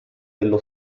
dello